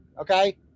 Okay